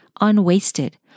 unwasted